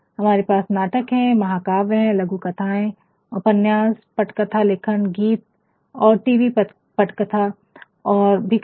हमारे पास नाटक है महाकाव्य है लघु कथाएं उपन्यास पटकथा लेखन गीत और टीवी पटकथा और भी कई